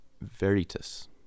Veritas